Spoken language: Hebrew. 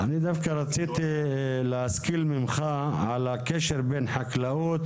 אני דווקא רציתי להשכיל ממך על הקשר בין חקלאות,